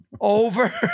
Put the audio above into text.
Over